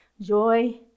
joy